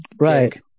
right